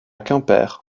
quimper